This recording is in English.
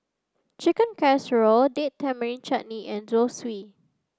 Chicken Casserole Date Tamarind Chutney and Zosui